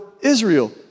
Israel